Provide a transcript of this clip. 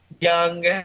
young